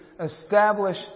establish